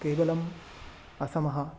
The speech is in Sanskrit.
केवलम् असमः